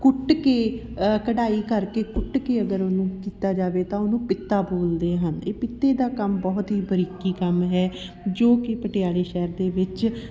ਕੁੱਟ ਕੇ ਕਢਾਈ ਕਰਕੇ ਕੁੱਟ ਕੇ ਅਗਰ ਓਹਨੂੰ ਕੀਤਾ ਜਾਵੇ ਤਾਂ ਓਹਨੂੰ ਪਿੱਤਾ ਬੋਲਦੇ ਹਨ ਇਹ ਪਿੱਤੇ ਦਾ ਕੰਮ ਬਹੁਤ ਹੀ ਬਰੀਕੀ ਕੰਮ ਹੈ ਜੋ ਕਿ ਪਟਿਆਲੇ ਸ਼ਹਿਰ ਦੇ ਵਿੱਚ